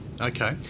Okay